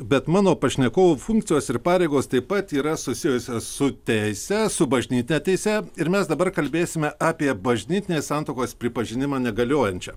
bet mano pašnekovo funkcijos ir pareigos taip pat yra susijusios su teise su bažnyte teise ir mes dabar kalbėsime apie bažnytinės santuokos pripažinimą negaliojančia